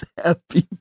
happy